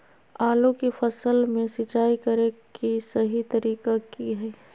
आलू की फसल में सिंचाई करें कि सही तरीका की हय?